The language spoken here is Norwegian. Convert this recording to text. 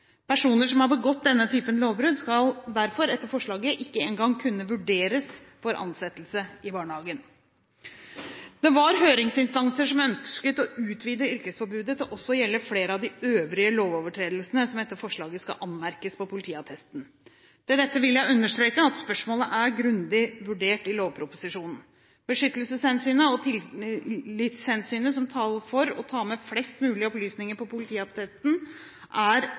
Personer som har begått denne typen lovbrudd, skal derfor etter forslaget ikke engang kunne vurderes for ansettelse i barnehagen. Det var høringsinstanser som ønsket å utvide yrkesforbudet til også å gjelde flere av de øvrige lovovertredelsene som etter forslaget skal anmerkes på politiattesten. Med dette vil jeg understreke at spørsmålet er grundig vurdert i lovproposisjonen. Beskyttelseshensynet og livssynshensynet som taler for å ta med flest mulig opplysninger på politiattesten, er